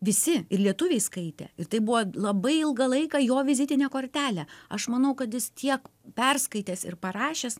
visi ir lietuviai skaitė ir tai buvo labai ilgą laiką jo vizitinę kortelę aš manau kad jis tiek perskaitęs ir parašęs